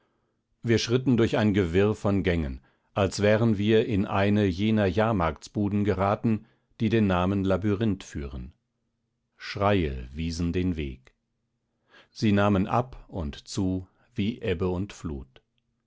wir schritten durch ein gewirr von gängen als wären wir in eine jener jahrmarktsbuden geraten die den namen labyrinth führen schreie wiesen den weg sie nahmen an und zu wie ebbe und flut